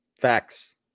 Facts